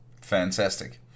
Fantastic